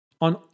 on